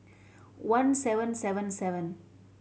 one seven seven seven